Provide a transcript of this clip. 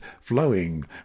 flowing